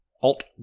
alt